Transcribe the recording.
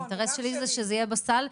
האינטרס שלי הוא שזה יהיה בסל,